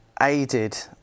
aided